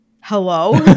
hello